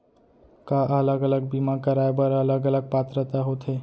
का अलग अलग बीमा कराय बर अलग अलग पात्रता होथे?